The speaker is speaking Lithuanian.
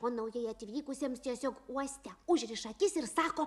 o naujai atvykusiems tiesiog uoste užriša akis ir sako